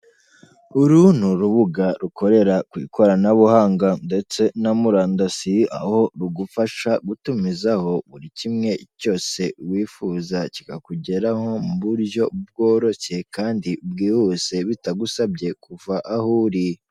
Uru ni urubuga rukorera ku ikoranabuhanga ndetse na murandasi aho rugufasha gutumizaho buri kimwe cyose wifuza kikakugeraho mu buryo bworoshyeye kandi bwihuse bitagusabye kuva aho uri.